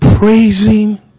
praising